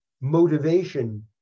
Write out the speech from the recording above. motivation